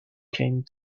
came